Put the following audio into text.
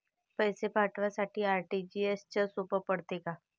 पैसे पाठवासाठी आर.टी.जी.एसचं सोप पडते का?